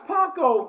Paco